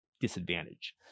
disadvantage